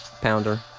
Pounder